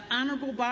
Honorable